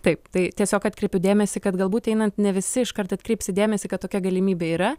taip tai tiesiog atkreipiu dėmesį kad galbūt einant ne visi iškart atkreips dėmesį kad tokia galimybė yra